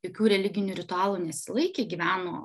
jokių religinių ritualų nesilaikė gyveno